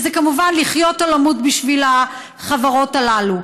שזה כמובן לחיות או למות בשביל החברות הללו.